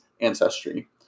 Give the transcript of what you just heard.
ancestry